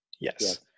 Yes